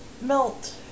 melt